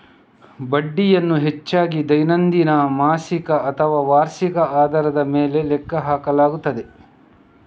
ಬಡ್ಡಿಯನ್ನು ಹೆಚ್ಚಾಗಿ ದೈನಂದಿನ, ಮಾಸಿಕ ಅಥವಾ ವಾರ್ಷಿಕ ಆಧಾರದ ಮೇಲೆ ಲೆಕ್ಕ ಹಾಕಲಾಗುತ್ತದೆ